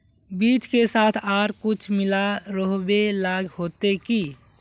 बीज के साथ आर कुछ मिला रोहबे ला होते की?